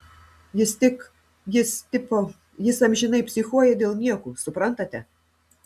jis tik jis tipo jis amžinai psichuoja dėl niekų suprantate